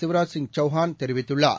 சிவராஜ்சிங்சவுகான்தெரிவித்துள்ளார்